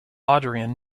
adrian